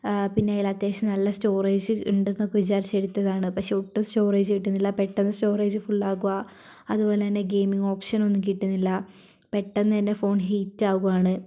പിന്നേ അതിൽ അത്യാവശ്യം നല്ല സ്റ്റോറേജ് ഉണ്ടെന്നൊക്കെ വിചാരിച്ച് എടുത്തതാണ് പക്ഷെ ഒട്ടും സ്റ്റോറേജ് കിട്ടുന്നില്ല പെട്ടന്ന് സ്റ്റോറേജ് ഫുൾ ആകുകയാ അതുപോലെ തന്നെ ഗെയിമിംഗ് ഓപ്ഷൻ ഒന്നും കിട്ടുന്നില്ല പെട്ടന്നു തന്നെ ഫോൺ ഹീറ്റാകുകയാണ്